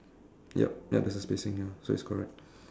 yup ya there's a spacing ya so it's correct